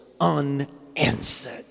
unanswered